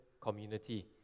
community